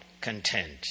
content